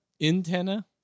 antenna